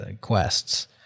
Quests